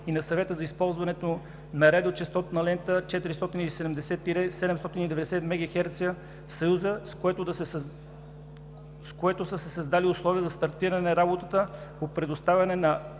и на Съвета за използването на радиочестотна лента 470-790 МНz в Съюза, с което са се създали условия за стартиране работата по предоставяне на